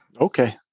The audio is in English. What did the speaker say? okay